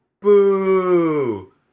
Boo